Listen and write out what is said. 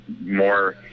more